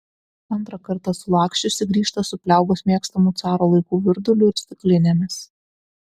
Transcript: antrą kartą sulaksčiusi grįžta su pliaugos mėgstamu caro laikų virduliu ir stiklinėmis